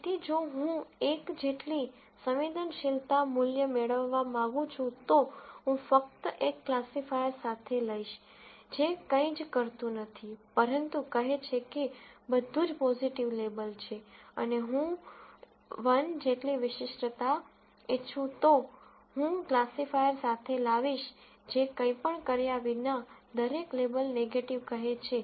તેથી જો હું 1 જેટલી સંવેદનશીલતા મૂલ્ય મેળવવા માંગું છું તો હું ફક્ત એક ક્લાસિફાયર સાથે લઈશ જે કંઇ જ કરતું નથી પરંતુ કહે છે કે બધું જ પોઝીટિવ લેબલ છે અને જો હું 1 જેટલી વિશિષ્ટતા ઇચ્છું તો હું ક્લાસિફાયર સાથે લાવીશ જે કંઈપણ કર્યા વિના દરેક લેબલ નેગેટીવ કહે છે